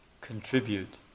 contribute